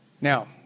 Now